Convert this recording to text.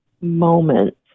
moment